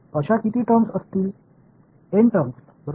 இதுபோன்ற N வெளிப்பாடுகள் என்னிடம் இருக்கும்